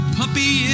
puppy